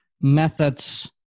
methods